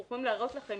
אנחנו יכולים להראות לכם,